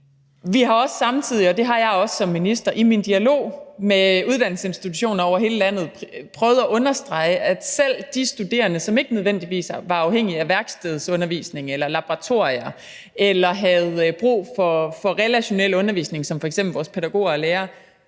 Vi har også samtidig, og det har jeg også som minister, i dialogen med uddannelsesinstitutioner over hele landet prøvet at understrege, at selv de studerende, som ikke nødvendigvis var afhængige af værkstedsundervisning eller laboratorier eller havde brug for relationel undervisning som f.eks. vores pædagoger og lærere